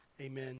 Amen